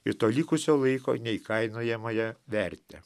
ir to likusio laiko neįkainojamąją vertę